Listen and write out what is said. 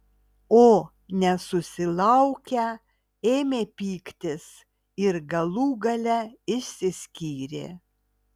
o nesusilaukę ėmė pyktis ir galų gale išsiskyrė